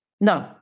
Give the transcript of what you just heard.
No